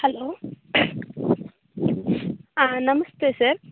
hello namaste sir